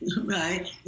right